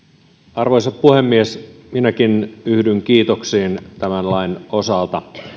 arvoisa puhemies minäkin yhdyn kiitoksiin tämän lain osalta